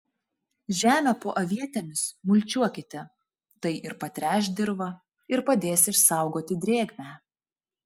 žemę po avietėmis mulčiuokite tai ir patręš dirvą ir padės išsaugoti drėgmę